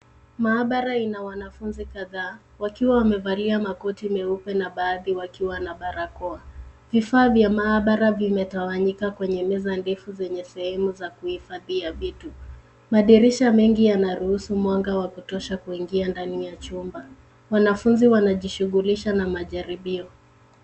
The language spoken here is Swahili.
Maabara ina wanafunzi kadhaa wakiwa wamevalia makoti meupe na baadhi wakiwa na barakoa. Vifaa vya maabara vimetawanyika kwenye meza ndefu zenye sehemu za kuhifadhia vitu. Madirisha mengi yanaruhusu mwanga wa kutosha kuingia ndani ya chumba. Wanafunzi wanajishughulisha na jaribio.